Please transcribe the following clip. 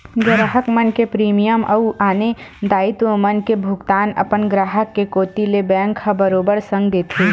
गराहक मन के प्रीमियम अउ आने दायित्व मन के भुगतान अपन ग्राहक के कोती ले बेंक ह बरोबर संग देथे